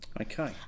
Okay